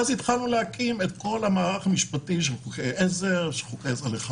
אחרי זה התחלנו להקים את כל המערך המשפטי של חוקי עזר לחניה,